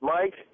Mike